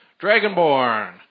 Dragonborn